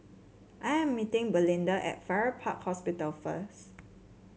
I am meeting Belinda at Farrer Park Hospital first